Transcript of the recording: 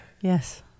yes